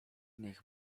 niech